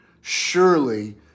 Surely